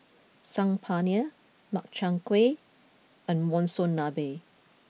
Saag Paneer Makchang Gui and Monsunabe